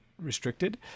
restricted